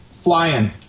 flying